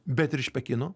bet ir iš pekino